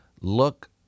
Look